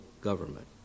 government